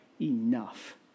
enough